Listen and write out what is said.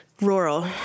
rural